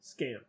scam